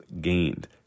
gained